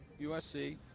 USC